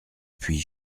puis